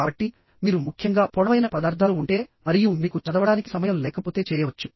కాబట్టి మీరు ముఖ్యంగా పొడవైన పదార్థాలు ఉంటే మరియు మీకు చదవడానికి సమయం లేకపోతే చేయవచ్చు